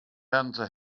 answer